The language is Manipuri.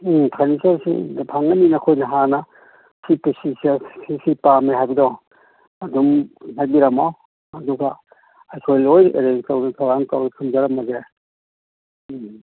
ꯎꯝ ꯐꯔꯅꯤꯆꯔꯁꯤ ꯐꯪꯒꯅꯤ ꯅꯈꯣꯏꯅ ꯍꯥꯟꯅ ꯁꯤꯁꯤ ꯄꯥꯝꯃꯦ ꯍꯥꯏꯕꯗꯣ ꯑꯗꯨꯝ ꯍꯥꯏꯕꯤꯔꯝꯃꯣ ꯑꯗꯨꯒ ꯑꯩꯈꯣꯏ ꯂꯣꯏ ꯑꯦꯔꯦꯟꯖ ꯇꯧꯅ ꯊꯧꯔꯥꯡ ꯇꯧꯔ ꯊꯝꯖꯔꯝꯃꯒꯦ ꯎꯝ